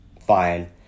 fine